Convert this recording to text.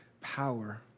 power